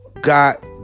got